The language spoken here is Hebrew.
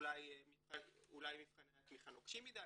אולי מבחני התמיכה נוקשים מדי,